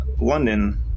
London